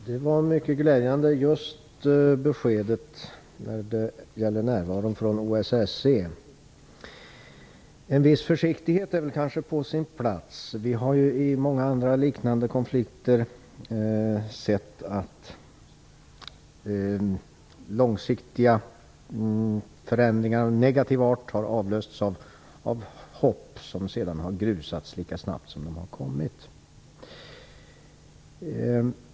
Herr talman! Beskedet om närvaron av OSSE var mycket glädjande. En viss försiktighet är kanske på sin plats. Vi har i många andra liknande konflikter sett att långsiktiga förändringar av negativ art har avlösts av hopp som sedan har grusats lika snabbt som det har kommit.